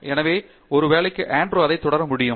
எனவே ஒருவேளை ஆண்ட்ரூ அதை தொடங்க முடியும்